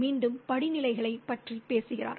மீண்டும் படிநிலைகளைப் பற்றி பேசுகிறார்